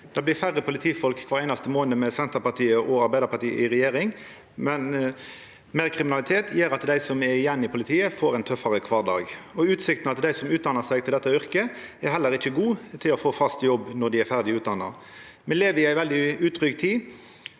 Det blir færre politifolk kvar einaste månad med Senterpartiet og Arbeidarpartiet i regjering, men meir kriminalitet gjer at dei som er igjen i politiet, får ein tøffare kvardag. Utsiktene til dei som utdannar seg til dette yrket, er heller ikkje gode til å få fast jobb når dei er ferdig utdanna. Me lever i ei veldig utrygg tid.